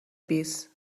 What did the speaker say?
pis